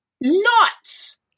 nuts